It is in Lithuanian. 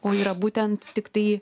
o yra būtent tiktai